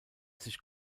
sich